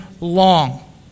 long